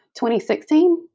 2016